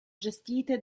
gestite